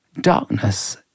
darkness